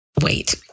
wait